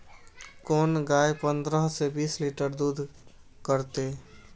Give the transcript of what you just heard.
कोन गाय पंद्रह से बीस लीटर दूध करते?